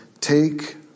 Take